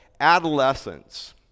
Adolescence